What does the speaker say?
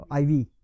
IV